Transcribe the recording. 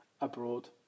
abroad